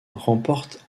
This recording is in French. remporte